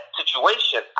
situation